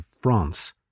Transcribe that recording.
France